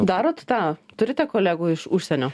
darot tą turite kolegų iš užsienio